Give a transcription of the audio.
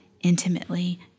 intimately